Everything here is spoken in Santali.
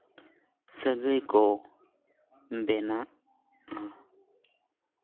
ᱥᱟᱹᱜᱟᱹᱭ ᱠᱚ ᱵᱮᱱᱟᱣᱟ